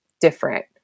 different